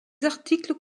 articles